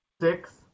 Six